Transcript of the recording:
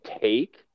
take